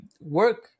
work